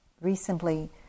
Recently